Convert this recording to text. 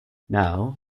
now